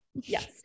Yes